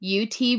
UT